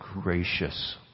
gracious